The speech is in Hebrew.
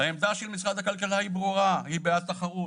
העמדה של משרד הכלכלה היא ברורה והיא בעד תחרות.